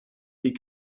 die